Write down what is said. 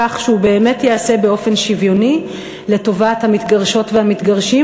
כך שהוא באמת ייעשה באופן שוויוני לטובת המתגרשות והמתגרשים,